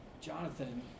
Jonathan